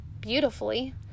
beautifully